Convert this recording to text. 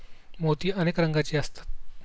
मोती अनेक रंगांचे असतात